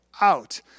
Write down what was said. out